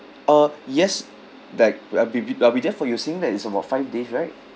uh yes like I'll be be I'll be there for using that is about five days right